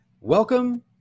welcome